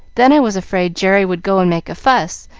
then i was afraid jerry would go and make a fuss,